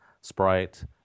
Sprite